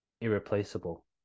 irreplaceable